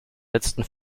letzten